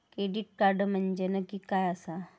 Credit card म्हंजे नक्की काय आसा?